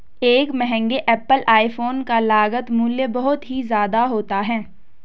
एक महंगे Apple iPhone का लागत मूल्य बहुत ही ज्यादा होता है